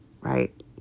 right